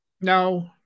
No